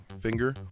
finger